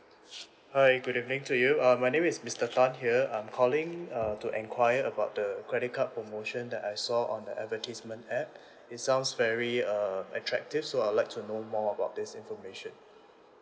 hi good evening to you uh my name is mister tan here I'm calling uh to enquiry about the credit card promotion that I saw on the advertisement app it sounds very uh attractive so I would like to know more about this information